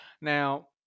Now